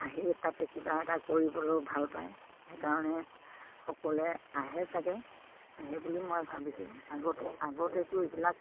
আহি তাতে কিবা এটা কৰিবলৈও ভাল পায় সেইকাৰণে সকলোৱে আহে চাগে সেই বুলি মই ভাবিছোঁ আগতে আগতেতো এইবিলাক